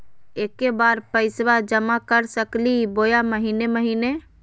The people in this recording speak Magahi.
एके बार पैस्बा जमा कर सकली बोया महीने महीने?